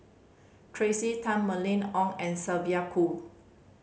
Tracey Tan Mylene Ong and Sylvia Kho